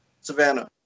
savannah